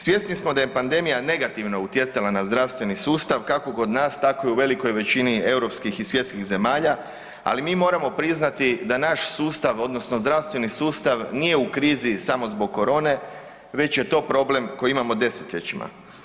Svjesni smo da je pandemija negativno utjecala na zdravstveni sustav kako kod nas tako i u velikoj većini europskih i svjetskih zemalja, ali mi moramo priznati da naš sustav odnosno zdravstveni sustav nije u krizi samo zbog korone već je to problem koji imamo desetljećima.